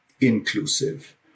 inclusive